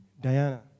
Diana